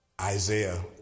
Isaiah